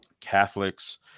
Catholics